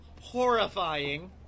horrifying